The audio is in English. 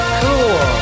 cool